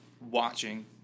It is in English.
watching